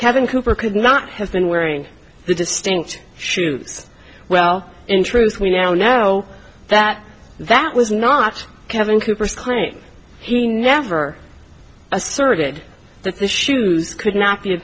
kevin cooper could not have been wearing the distinct shoes well in truth we now know that that was not kevin cooper's claim he never asserted that the shoes could not be